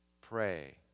Pray